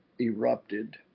erupted